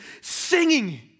singing